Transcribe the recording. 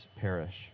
perish